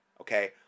Okay